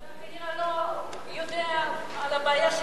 ועדת העלייה לא יודעת על הבעיה שקיימת.